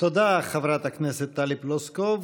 תודה, חברת הכנסת טלי פלוסקוב.